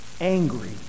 angry